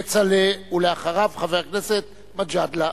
כצל'ה, ואחריו, חבר הכנסת מג'אדלה.